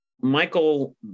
Michael